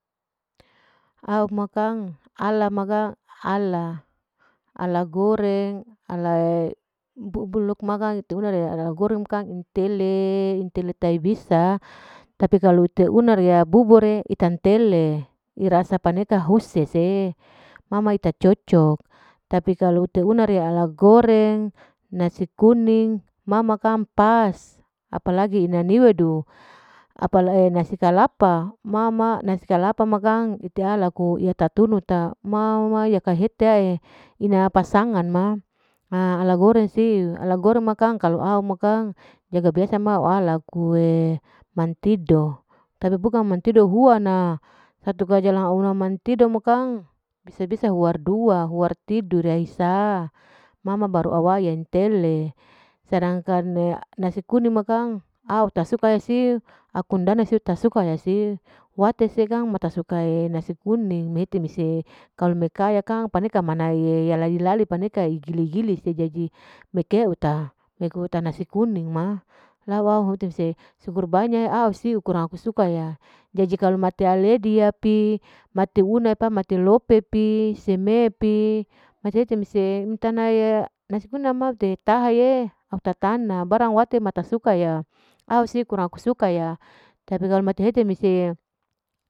Au ma kang, ala ma kang ala, ala goreng. ala bubur ma. bubur lukma kang ite una ala goreng intele tae bisa tapi kalau te una ria bubur'e itan tele ira sapaneka untantele tapi kalau uta cocok tapi kalu te una ria ala goreng nasi kuning mama kang pas. apalagi ina niwedu apalai nasi kalapa mama. nasi kalapa ma kang ite ala laku iya tatunu ta mama ya kahete ina pasangan ma ha ala goreng nasiu. ala goreng ma kang kalu au jaga biasa bumbu 'e mantidu mantidu hua na. mantidu mu kang bisa. bisa huar dua huar tidu rea hisa mama baru awa intele sedangkan nasi kuning ma kang au tasuka ya siu akun dana aku undana tasuka siu wate ma kang tasuka nasi kuning timise kalu meka ya kang paneka hi. hipaneka gili. gili sejadi mekeu ta, mekeu ta nasi kuning ma lauwa hute nise sukur banya aku suka ma jadi mata air ledi pi. mate una pi. mate lope pi, seme pi mati hete mese untanae hi nasi kuning ma au tataha'e wate ma tasuka ya au si kurang au sukaya tapi kalau mate hete mise.